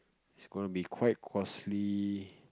it's gonna be quite costly